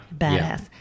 Badass